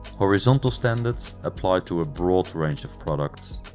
horizontal standards apply to a broad range of product.